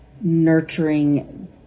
nurturing